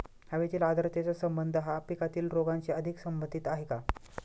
हवेतील आर्द्रतेचा संबंध हा पिकातील रोगांशी अधिक संबंधित आहे का?